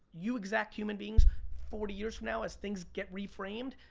you exact human beings forty years from now as things get reframed,